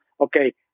okay